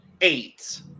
eight